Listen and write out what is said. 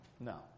No